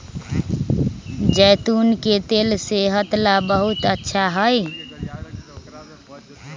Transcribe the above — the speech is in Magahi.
जैतून के तेल सेहत ला बहुत अच्छा हई